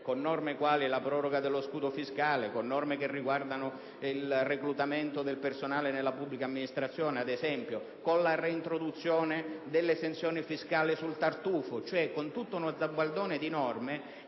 con norme quali la proroga dello scudo fiscale, con norme che riguardano il reclutamento del personale la pubblica amministrazione, con norme che riguardano la reintroduzione dell'esenzione fiscale sul tartufo. Insomma, con tutto uno zibaldone di norme